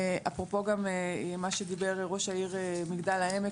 אגב מה שדיבר ראש העיר מגדל העמק,